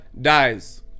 dies